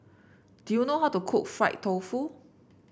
do you know how to cook Fried Tofu